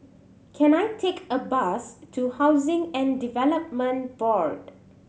can I take a bus to Housing and Development Board